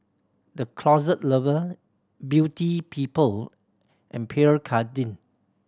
The Closet Lover Beauty People and Pierre Cardin